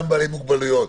גם בעלי מוגבלויות,